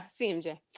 CMJ